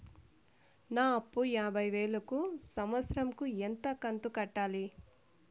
నా అప్పు యాభై వేలు కు సంవత్సరం కు ఎంత కంతు కట్టాలి?